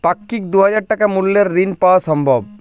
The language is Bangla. পাক্ষিক দুই হাজার টাকা মূল্যের ঋণ পাওয়া সম্ভব?